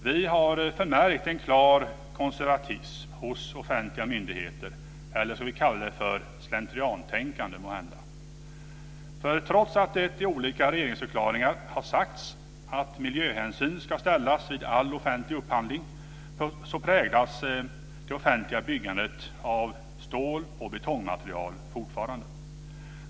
Vi har förmärkt en klar konservatism hos offentliga myndigheter. Eller ska vi måhända kalla det för slentriantänkande? Trots att det i olika regeringsförklaringar har sagts att miljöhänsyn ska tas vid all offentlig upphandling präglas det offentliga byggandet fortfarande av ståloch betongmaterial.